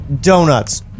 donuts